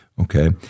okay